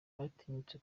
batinyutse